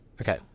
Okay